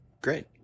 Great